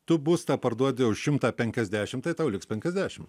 tu būstą parduodi už šimtą penkiasdešim tai tau liks penkiasdešim